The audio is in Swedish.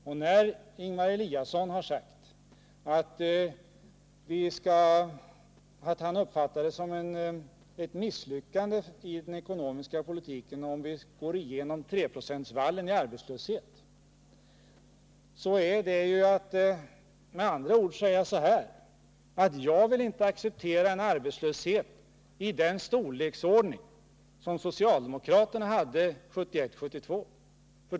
Och när Ingemar Eliasson sagt att han uppfattar det som ett misslyckande i den ekonomiska politiken om vi slår igenom treprocentsvallen i vad gäller arbetslöshet, då är det att med andra ord säga: Jag vill inte acceptera en arbetslöshet i den storleksordning som socialdemokraterna hade 1971-1972.